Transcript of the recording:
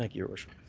like your worship.